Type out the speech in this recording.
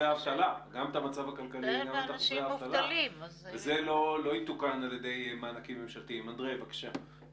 יש דרך והוועדה הזאת יכולה לשים אותנו על הדרך ולטפל בדברים.